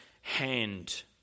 hand